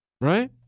right